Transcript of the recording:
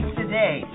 today